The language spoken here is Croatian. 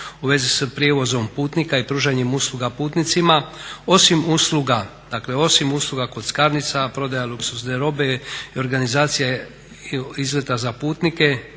u vezi s prijevozom putnika i pružanjem usluga putnicima osim usluga kockarnica, prodaja luksuzne robe i organizacije izleta za putnike,